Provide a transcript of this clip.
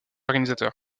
organisateur